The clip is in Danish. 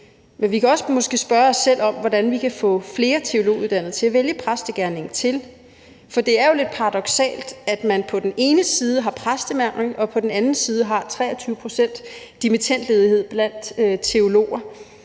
Men vi kan måske også spørge os selv om, hvordan vi kan få flere teologuddannede til at vælge præstegerningen til, for det er jo lidt paradoksalt, at man på den ene side har præstemangel, og på den anden side har 23 pct. dimittendledighed blandt teologer.